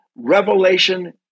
revelation